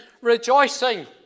Rejoicing